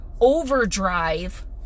overdrive